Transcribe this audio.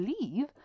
leave